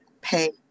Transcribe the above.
pay